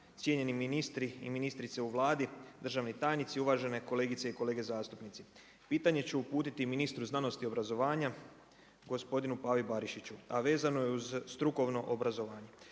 cjenjeni ministri i ministrice u Vladi, državni tajnici, uvažene kolegice i kolege zastupnici. Pitanje ću uputiti ministru znanosti i obrazovanja, gospodinu Pavi Barišiću, a vezano je uz strukovno obrazovanje.